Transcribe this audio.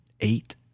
eight